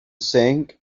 sing